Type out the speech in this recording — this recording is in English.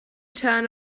turn